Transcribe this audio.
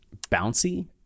bouncy